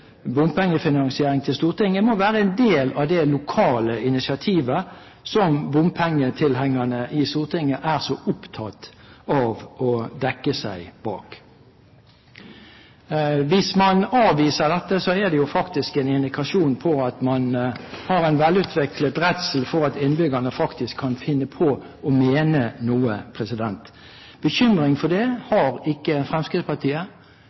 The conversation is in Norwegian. bompengefinansiering til Stortinget, må være en del av det lokale initiativet som bompengetilhengerne i Stortinget er så opptatt av å dekke seg bak. Hvis man avviser dette, er det jo faktisk en indikasjon på at man har en velutviklet redsel for at innbyggerne faktisk kan finne på å mene noe. Bekymring for det har ikke Fremskrittspartiet.